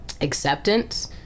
acceptance